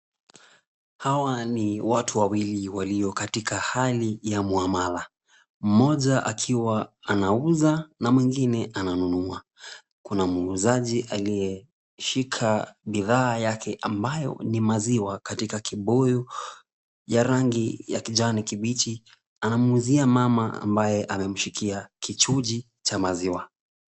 Hawa ni watu wawili walio katika hali ya mhamala. Mmoja akiwa anauza na mwingine ananunua. Kuna muuzaji aliyeshika bidhaa yake ambayo ni maziwa katika kibuyu ya rangi ya kijani kibichi. Anamuuzia mama ambaye amemshikia kichuji cha maziwa.